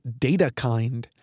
DataKind